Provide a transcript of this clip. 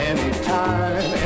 Anytime